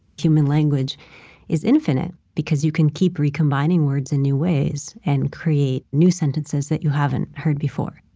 human language is infinite, because you can keep recombining words in new ways and create new sentences that you haven't heard before.